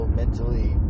mentally